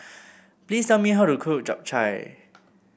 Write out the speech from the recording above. please tell me how to cook Japchae